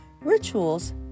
Rituals